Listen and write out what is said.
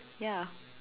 ya